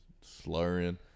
slurring